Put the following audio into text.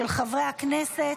של חברי הכנסת,